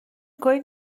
کنید